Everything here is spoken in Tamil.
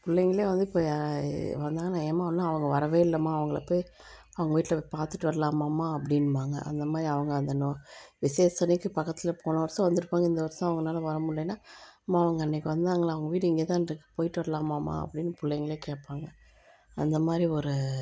பிள்ளைங்களே வந்து இப்போ வந்தாங்கன்னால் ஏம்மா இன்னும் அவங்க வரவே இல்லைம்மா அவங்களை போய் அவங்க வீட்டில் போய் பார்த்துட்டு வரலாமாம்மா அப்படின்பாங்க அந்த மாதிரி அவங்க அந்த விசேஷத்தன்னைக்கு பக்கத்தில் போன வர்ஷம் வந்திருப்பாங்க இந்த வர்ஷம் அவங்களால வர முடிலேன்னா அம்மா அவங்க அன்றைக்கி வந்தாங்கள்ல அவங்க வீடு இங்கேதான்ருக்கு போயிட்டு வரலாமாம்மா அப்படின்னு பிள்ளைங்களே கேட்பாங்க அந்த மாதிரி ஒரு